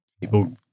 people